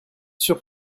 sûr